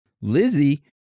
Lizzie